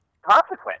Consequence